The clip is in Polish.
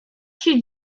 się